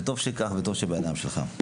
וטוב שכך וטוב שבידיים שלך.